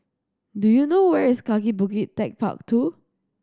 do you know where is Kaki Bukit Techpark Two